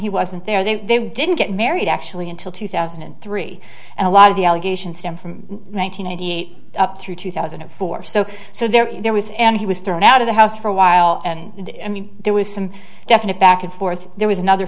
he wasn't there they didn't get married actually until two thousand and three and a lot of the allegations stem from one thousand nine hundred eight up through two thousand and four so so there is there was and he was thrown out of the house for a while and i mean there was some definite back and forth there was another